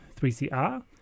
3CR